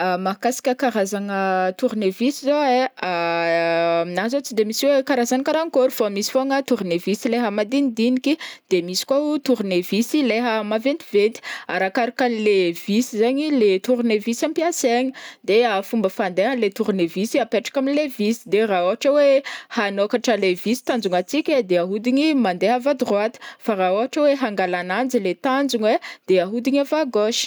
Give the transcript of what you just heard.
Mahakasika karazagna tournevis zao e amignahy zao tsy de misy hoe karazagny karankôry, misy koa le tournevis leha madinidiniky, misy koa le tournevis le maventiventy, arakarraka le vis zegny le tournevis ampiasegny, de fomba fandehan'le tournevis apetraka amle vis de ra ôhatra hoe hanôkatra anle vis tanjonantsika de ahodigna mandeha avy à droite, raha ôhatra hoe hangala azy tannjona e, de ahodigny avy à gauche.